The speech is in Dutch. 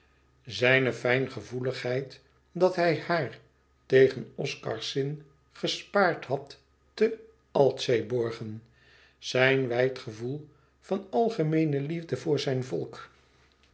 zijne fijngevoeligheid dat hij haar tegen oscars zin gespaard had te altseeborgen zijn wijd gevoel van algemeene liefde voor zijn volk